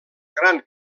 gran